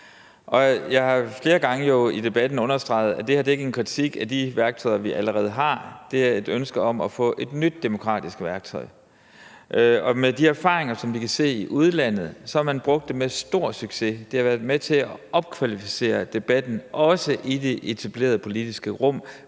jeg har jo flere gange i debatten understreget, at det her ikke er en kritik af de værktøjer, vi allerede har, men et ønske om at få et nyt demokratisk værktøj, og ifølge de erfaringer, som vi kan se fra udlandet, har man brugt det med stor succes. Det har været med til at opkvalificere debatten, også i det etablerede politiske rum,